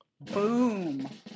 Boom